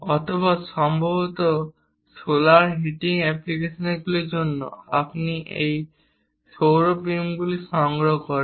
অথবা সম্ভবত solar heating অ্যাপ্লিকেশনের জন্য আপনি এই সৌর বিমগুলি সংগ্রহ করেন